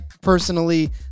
personally